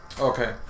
Okay